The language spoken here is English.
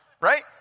Right